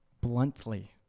bluntly